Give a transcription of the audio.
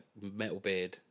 Metalbeard